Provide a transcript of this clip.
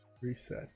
reset